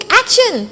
action